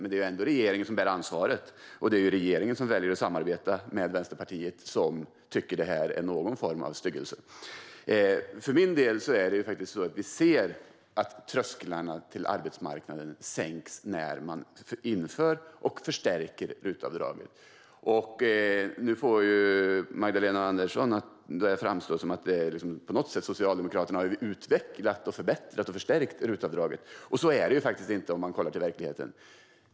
Men det är ändå regeringen som bär ansvaret och som väljer att samarbeta med Vänsterpartiet, som tycker att detta är en styggelse. Vi ser att trösklarna till arbetsmarknaden sänks när RUT-avdraget införs och förstärks. Magdalena Andersson får det att framstå som att Socialdemokraterna har utvecklat, förbättrat och förstärkt RUT-avdraget, men så är det inte i verkligheten.